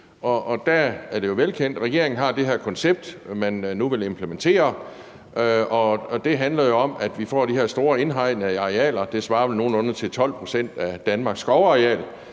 regeringen har det her koncept, man nu vil implementere. Det handler jo om, at vi får de her store indhegnede arealer – det svarer vel nogenlunde til 12 pct. af Danmarks skovareal